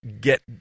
get